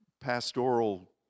pastoral